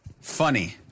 Funny